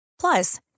Plus